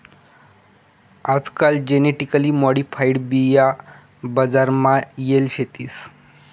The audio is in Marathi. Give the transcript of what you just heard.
आजकाल जेनेटिकली मॉडिफाईड बिया बजार मा येल शेतीस